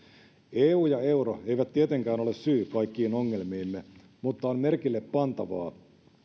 eu ja euro eivät tietenkään ole syy kaikkiin ongelmiimme mutta on merkillepantavaa